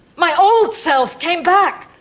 my old self came back,